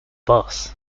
boss